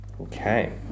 Okay